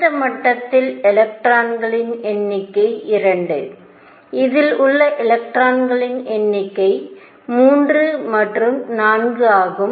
இந்த மட்டத்தில் எலக்ட்ரான்களின் எண்ணிக்கை 2 இதில் உள்ள எலக்ட்ரான்களின் எண்ணிக்கை 3 மற்றும் 4 ஆகும்